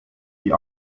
die